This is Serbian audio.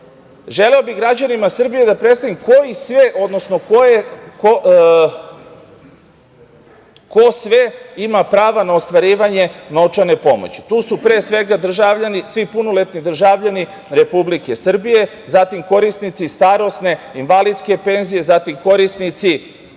želeo bih građanima Srbije da predstavim ko sve ima prava na ostvarivanje novčane pomoći. Tu su svi punoletni državljani Republike Srbije, zatim korisnici starosne, invalidske penzije, zatim korisnici